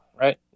right